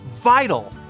vital